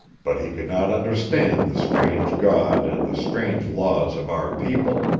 but he could not understand the strange god and the strange laws of our people!